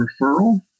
referral